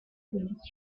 bundesstraße